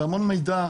והמון מידע,